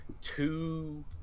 two